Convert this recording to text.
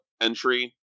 entry